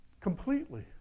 Completely